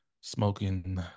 smoking